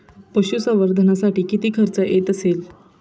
पशुसंवर्धनासाठी किती खर्च येत असेल?